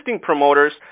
promoters